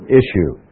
issue